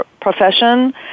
profession